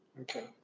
Okay